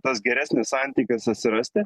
tas geresnis santykis atsirasti